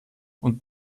und